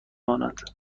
مانند